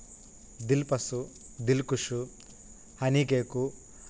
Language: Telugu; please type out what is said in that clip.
dilpasand Dilkhush honey cake